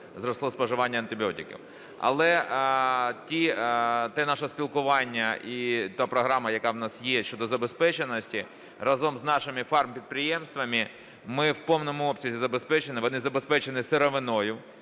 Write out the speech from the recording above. зросло споживання антибіотиків. Але те наше спілкування і та програма, яка у нас є щодо забезпеченості, разом з нашими фармпідприємствами ми в повному обсязі забезпечені, вони забезпечені сировиною,